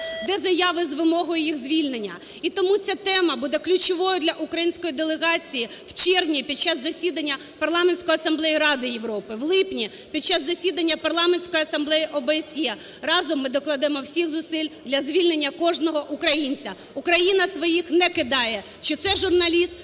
де заяви з вимогою їх звільнення. І тому ця тема буде ключовою для української делегації в червні під час засідання Парламентської асамблеї Ради Європи, в липні під час засідання Парламентської асамблеї ОБСЄ. Разом ми докладемо всіх зусиль для звільнення кожного українця. Україна своїх не кидає чи це журналіст,